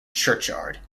churchyard